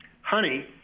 Honey